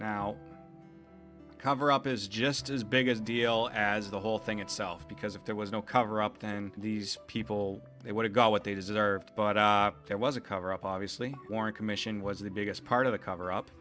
now coverup is just as big a deal as the whole thing itself because if there was no cover up then these people they would have got what they deserved but there was a coverup obviously warren commission was the biggest part of the cover up